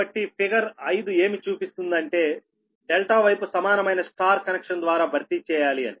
కాబట్టి ఫిగర్ 5 ఏమి చూపిస్తుంది అంటే ∆ వైపు సమానమైన Y కనెక్షన్ ద్వారా భర్తీ చేయాలి అని